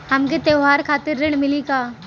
हमके त्योहार खातिर ऋण मिली का?